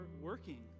working